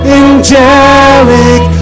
angelic